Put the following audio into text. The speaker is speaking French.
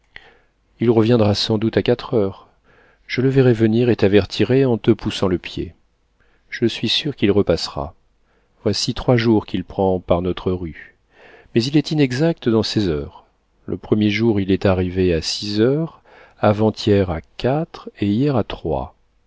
il reviendra sans doute à quatre heures je le verrai venir et t'avertirai en te poussant le pied je suis sûre qu'il repassera voici trois jours qu'il prend par notre rue mais il est inexact dans ses heures le premier jour il est arrivé à six heures avant-hier à quatre et hier à trois